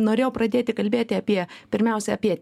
norėjau pradėti kalbėti apie pirmiausia apie